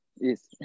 Yes